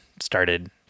started